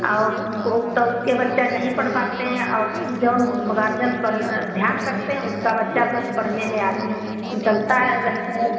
और कोई तो उसके बच्चा नहीं पढ़ पाते हैं औ जऊन गार्जियन पढ़ ध्यान करते हैं उसका बच्चा तो पढ़ने में आगे निकलता है रहता है